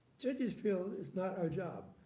judges feel it's not our job.